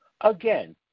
Again